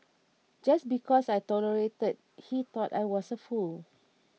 just because I tolerated he thought I was a fool